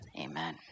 Amen